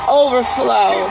overflow